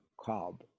cob